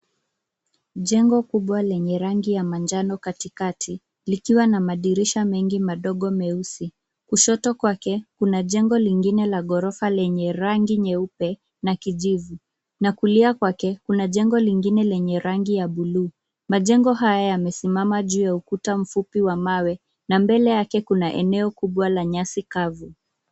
Jengo kubwa lenye rangi ya majano katikati likiwa na madirisha mengi madogo meusi. Kushoto kwake, kuna jengo lingine la ghoroa lenye rangi nyeupe na kijivu na kulia kwake kuna jengo lingine lenye rangi ya buluu. Majengo haya yamesimama juu ya ukuta mfupi wa mawe na mbele yake kuna eneo kubwa la nyasi kavu.